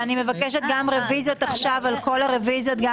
מבקשת גם רוויזיות עכשיו על ההסתייגויות שהיו עד עתה,